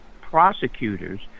prosecutors